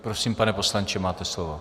Prosím, pane poslanče, máte slovo.